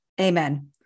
amen